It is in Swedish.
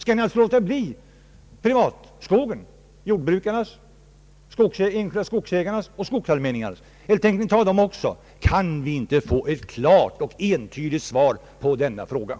Eller är det de privatägda skogarna, jordbrukarnas, de enskilda skogsägarnas och skogsallmänningarnas skogar, som ni tänker ta? Kan vi få ett klart och entydigt svar på den frågan.